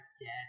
dead